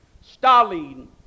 Stalin